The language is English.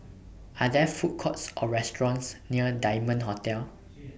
Are There Food Courts Or restaurants near Diamond Hotel